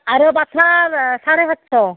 আৰু পঠাৰ চাৰে সাতশ